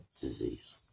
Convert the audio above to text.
disease